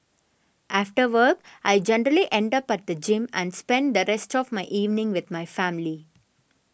after work I generally end up at the gym and spend the rest of my evening with my family